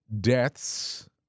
deaths